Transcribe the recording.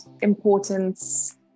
importance